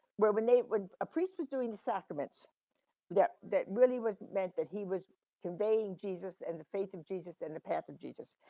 well, when they would, a priest was doing the sacraments that that really was meant that he was conveying jesus and the faith of jesus and the path of jesus.